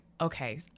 okay